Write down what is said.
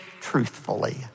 truthfully